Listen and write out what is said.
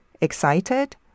excited